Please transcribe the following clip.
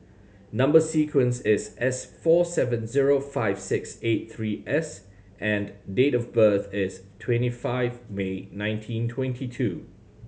number sequence is S four seven zero five six eight three S and date of birth is twenty five May nineteen twenty two